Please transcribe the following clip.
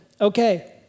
okay